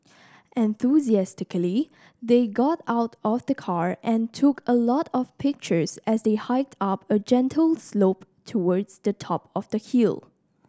enthusiastically they got out of the car and took a lot of pictures as they hiked up a gentle slope towards the top of the hill